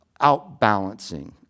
outbalancing